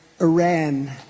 Iran